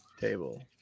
table